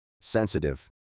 sensitive